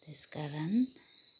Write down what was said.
त्यसकारण